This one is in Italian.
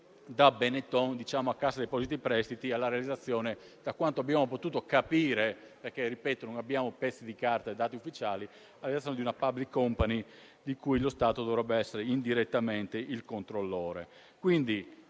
da Benetton a Cassa depositi e prestiti e per la realizzazione - per quanto abbiamo potuto capire perché, ripeto, non abbiamo pezzi di carta e dati ufficiali - di una *public company*, di cui lo Stato dovrebbe essere indirettamente il controllore.